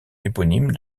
éponyme